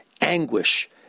anguish